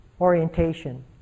orientation